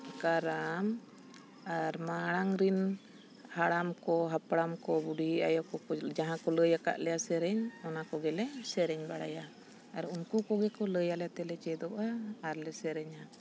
ᱠᱟᱨᱟᱢ ᱟᱨ ᱢᱟᱲᱟᱝ ᱨᱤᱱ ᱦᱟᱲᱟᱢ ᱠᱚ ᱦᱟᱯᱲᱟᱢ ᱠᱚ ᱵᱩᱰᱷᱤ ᱟᱭᱚ ᱠᱚ ᱡᱟᱦᱟᱸ ᱠᱚ ᱞᱟᱹᱭ ᱟᱠᱟᱫ ᱞᱮᱭᱟ ᱥᱮᱨᱮᱧ ᱚᱱᱟ ᱠᱚᱜᱮᱞᱮ ᱥᱮᱨᱮᱧ ᱵᱟᱲᱟᱭᱟ ᱟᱨ ᱩᱱᱠᱩ ᱠᱚᱜᱮ ᱠᱚ ᱞᱟᱹᱭᱟᱞᱮ ᱛᱮᱞᱮ ᱪᱮᱫᱚᱜᱼᱟ ᱟᱨᱞᱮ ᱥᱮᱨᱮᱧᱟ